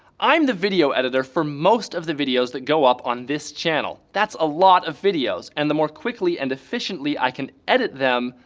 i'm the video editor for most of the videos that go up on this channel that's a lot of videos. and the more quickly and efficiently i can edit them,